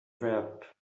wrap